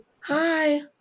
Hi